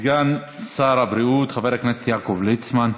סגן שר הבריאות חבר הכנסת יעקב ליצמן.